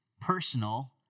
personal